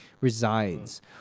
resides